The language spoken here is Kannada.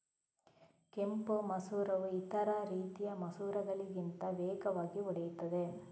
ಕೆಂಪು ಮಸೂರವು ಇತರ ರೀತಿಯ ಮಸೂರಗಳಿಗಿಂತ ವೇಗವಾಗಿ ಒಡೆಯುತ್ತದೆ